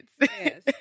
Yes